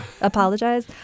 Apologize